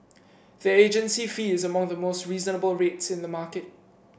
their agency fee is among the most reasonable rates in the market